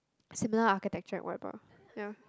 similar architecture and whatever ya